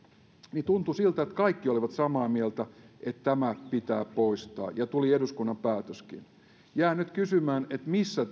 minusta tuntui siltä että kaikki olivat samaa mieltä että tämä pitää poistaa ja tuli eduskunnan päätöskin jään nyt kysymään missä